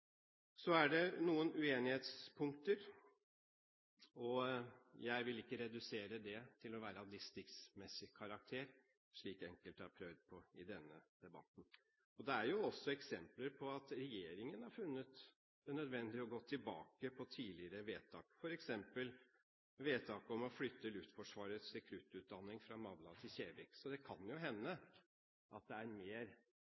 Så er det noen punkter der vi er uenige. Jeg vil ikke redusere disse til å være av distriktsmessig karakter, slik enkelte har prøvd på i denne debatten. Det er jo eksempler på at regjeringen har funnet det nødvendig å gå tilbake på tidligere vedtak, f.eks. vedtaket om å flytte Luftforsvarets rekruttutdanning fra Madla til Kjevik. Så det kan jo